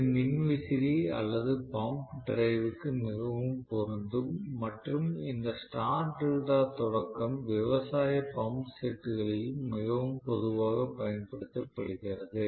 இது மின் விசிறி அல்லது பம்ப் டிரைவிற்கு மிகவும் பொருந்தும் மற்றும் இந்த ஸ்டார் டெல்டா தொடக்கம் விவசாய பம்ப் செட்களில் மிகவும் பொதுவாக பயன்படுத்தப்படுகிறது